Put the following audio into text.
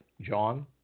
John